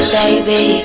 baby